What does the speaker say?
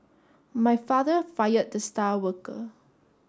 my father fired the star worker